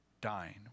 dying